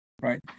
Right